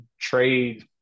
trade